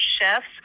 chefs